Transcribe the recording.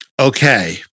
okay